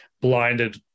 blinded